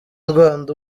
rwanda